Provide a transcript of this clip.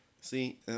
see